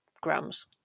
grams